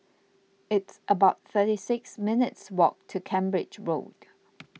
it's about thirty six minutes' walk to Cambridge Road